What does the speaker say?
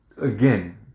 again